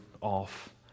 off